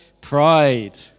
pride